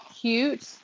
cute